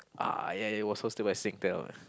ah ya it was hosted by Singtel